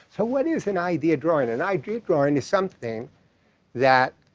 so what is an idea drawing? an idea drawing is something that